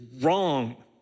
wrong